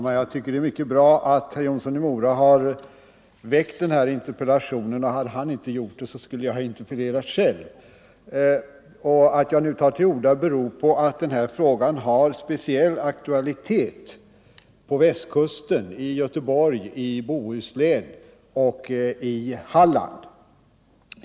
Herr talman! Det är mycket bra att herr Jonsson i Mora har väckt denna interpellation. Hade han inte gjort det skulle jag ha interpellerat 59 själv. Att jag nu tar till orda beror på att problemet har speciell aktualitet i Göteborg, i Bohuslän och i Halland.